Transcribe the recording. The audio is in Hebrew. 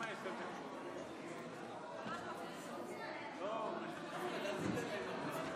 שלוש דקות, אדוני.